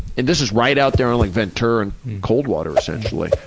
and this is right out there on like ventura and coldwater essentially.